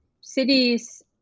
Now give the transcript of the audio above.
cities